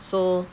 so